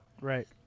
Right